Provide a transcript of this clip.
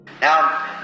Now